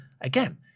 Again